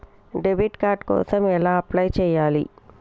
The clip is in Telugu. డెబిట్ కార్డు కోసం ఎలా అప్లై చేయాలి?